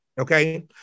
Okay